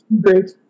great